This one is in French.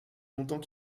longtemps